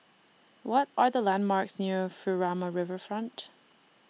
What Are The landmarks near Furama Riverfront